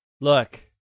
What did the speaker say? Look